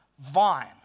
vine